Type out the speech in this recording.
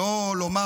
שלא לומר,